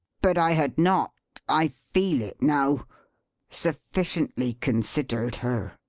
but i had not i feel it now sufficiently considered her.